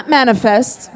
manifest